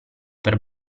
per